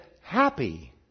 happy